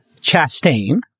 Chastain